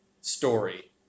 story